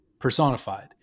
personified